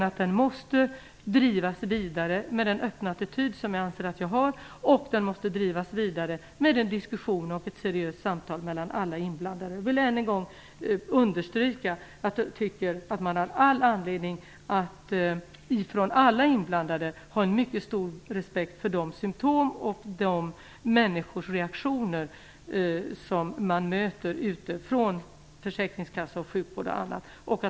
Den måste drivas vidare med den öppna attityd som jag anser att jag har. Den måste drivas vidare med en diskussion och ett seriöst samtal mellan alla inblandade. Jag vill än en gång understryka att jag tycker att alla inblandade - bl.a. försäkringskassa och sjukvård - har all anledning att ha en mycket stor respekt för de symtom och reaktioner som man möter.